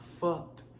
fucked